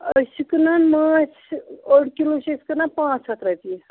أسۍ چھِ کٕنان ماچھ اوٚڈ کِلوٗ چھِ أسۍ کٕنان پانٛژھ ہَتھ رۄپیہِ